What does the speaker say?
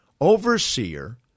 Overseer